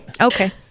Okay